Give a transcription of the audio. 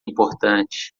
importante